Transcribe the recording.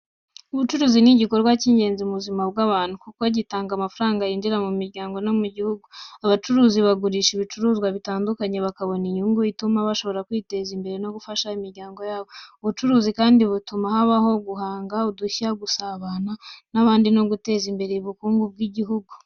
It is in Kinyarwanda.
Ubucuruzi ni igikorwa cy’ingenzi mu buzima bw’abantu, kuko gitanga amafaranga yinjira mu miryango no mu gihugu. Abacuruzi bagurisha ibicuruzwa bitandukanye, bakabona inyungu ituma bashobora kwiteza imbere no gufasha imiryango yabo. Ubucuruzi kandi butuma habaho guhanga udushya, gusabana n’abandi no guteza imbere ubukungu bw’igihugu.